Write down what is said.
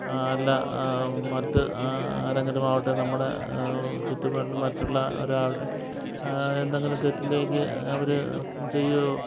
അല്ല മറ്റ് ആരെങ്കിലുമാവട്ടെ നമ്മുടെ ചുറ്റുപാടിലും മറ്റുള്ളവരാവട്ടെ എന്തെങ്കിലും തെറ്റിലേക്ക് അവർ ചെയ്യുവോ